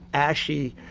ashy.